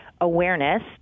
awareness